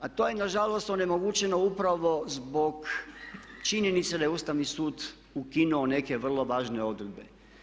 A to je nažalost onemogućeno upravo zbog činjenice da je Ustavni sud ukinuo neke vrlo važne odredbe.